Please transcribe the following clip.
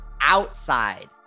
outside